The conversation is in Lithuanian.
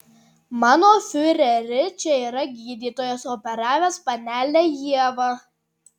mano fiureri čia yra gydytojas operavęs panelę ievą